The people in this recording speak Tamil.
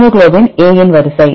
ஹீமோகுளோபின் A இன் வரிசை